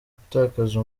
gutakaza